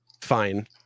fine